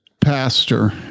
pastor